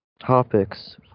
topics